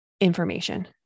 information